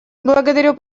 благодарю